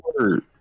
word